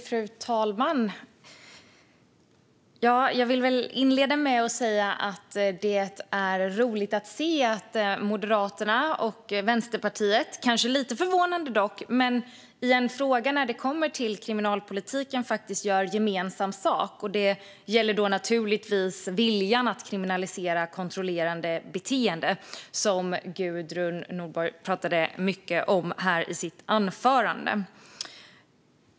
Fru talman! Jag vill inleda med att säga att det är roligt att se att Moderaterna och Vänsterpartiet, kanske lite förvånande, gör gemensam sak i en fråga inom kriminalpolitiken. Det gäller naturligtvis viljan att kriminalisera kontrollerande beteende, vilket Gudrun Nordborg pratade mycket om i sitt anförande.